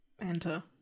Enter